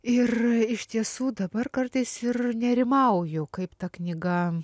ir iš tiesų dabar kartais ir nerimauju kaip ta knyga